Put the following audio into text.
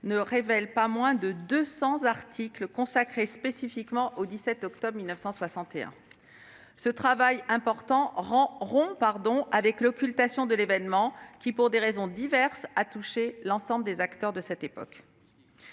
ne relève pas moins de deux cents articles consacrés spécifiquement au 17 octobre 1961. Ce travail important rompt avec l'occultation de l'événement, qui, pour des raisons diverses, a touché l'ensemble des acteurs de l'époque.